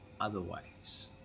otherwise